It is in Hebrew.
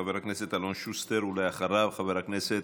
חבר הכנסת אלון שוסטר, ואחריו, חבר הכנסת